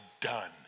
done